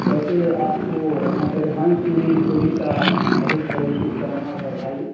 वैसे आपको एडव्हांस में ही होली का बहुत बहुत शुभकामना और बधाई